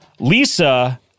Lisa